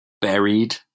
buried